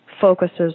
focuses